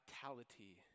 vitality